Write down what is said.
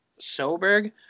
Soberg